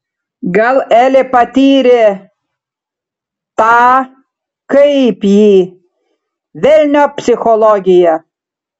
gal elė patyrė tą kaip jį velniop psichologiją